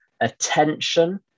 attention